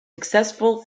successful